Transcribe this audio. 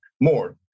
more